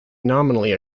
nominally